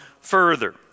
further